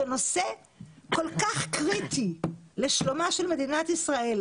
שנושא כל כך קריטי לשלומה של מדינת ישראל,